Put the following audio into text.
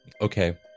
Okay